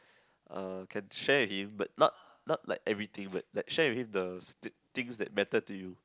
uh can share with him but not not like everything but like share with him the things that matter to you